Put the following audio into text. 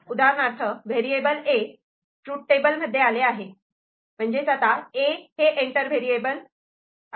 उदाहरणार्थ variable 'A' truth table मध्ये आले आहे म्हणजेच 'A' एंटर व्हेरिएबल आहे